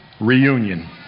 reunion